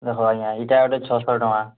ଦେଖ ଆଜ୍ଞା ଏଇଟା ଗୋଟେ ଛଅଶହ ଟଙ୍କା